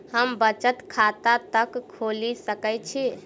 हम बचत खाता कतऽ खोलि सकै छी?